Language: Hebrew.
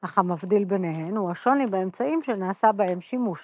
אך המבדיל ביניהם הוא השוני באמצעים שנעשה בהם שימוש –